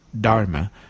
Dharma